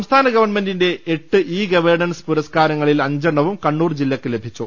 സംസ്ഥാന ഗവൺമെന്റിന്റെ എട്ട് ഇ ഗവേണൻസ് പുരസ്കാരങ്ങളിൽ അഞ്ചെണ്ണവും കണ്ണൂർ ജില്ലയ്ക്ക് ല ഭിച്ചു